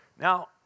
Now